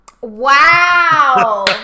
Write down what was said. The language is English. Wow